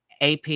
AP